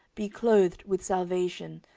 be clothed with salvation,